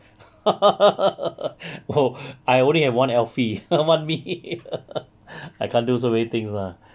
我 I only have one alfie one me I can't do so many things ah